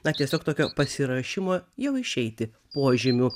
na tiesiog tokio pasiruošimo jau išeiti požymių